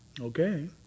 okay